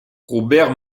robert